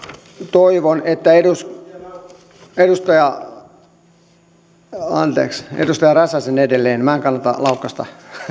toivon että anteeksi edustaja räsäsen edelleen minä en kannata laukkasta